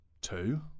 two